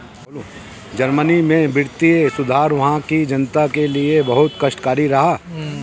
Germany में वित्तीय सुधार वहां की जनता के लिए बहुत कष्टकारी रहा